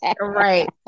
right